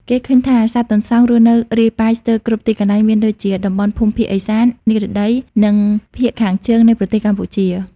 គេឃើញថា សត្វទន្សោងរស់នៅរាយប៉ាយស្ទើរគ្រប់ទីកន្លែងមានដូចជា តំបន់ភូមិភាគឦសាន និរតី និងភាគខាងជើង នៃប្រទេសកម្ពុជា។